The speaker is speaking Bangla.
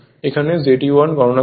এখন Z e1 গণনা করতে হবে